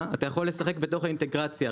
אתה יכול לשחק בתוך האינטגרציה,